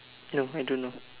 no I don't know